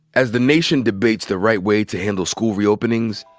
as the nation debates the right way to handle school reopenings,